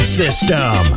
system